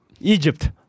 Egypt